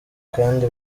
kandi